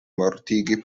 mortigi